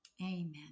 Amen